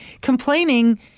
Complaining